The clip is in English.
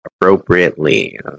appropriately